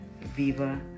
Viva